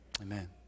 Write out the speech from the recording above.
Amen